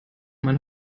mein